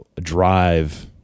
drive